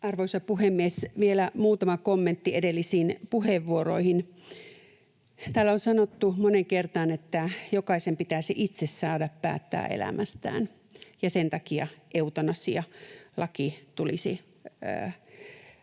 Arvoisa puhemies! Vielä muutama kommentti edellisiin puheenvuoroihin. Täällä on sanottu moneen kertaan, että jokaisen pitäisi itse saada päättää elämästään ja sen takia eutanasia tulisi